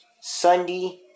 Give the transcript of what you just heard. sunday